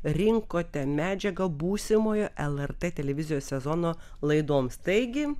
rinkote medžiagą būsimojo lrt televizijos sezono laidoms taigi